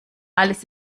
alles